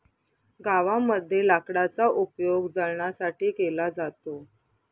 गावामध्ये लाकडाचा उपयोग जळणासाठी केला जातो